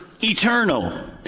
eternal